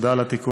תודה על התיקון.